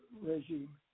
regime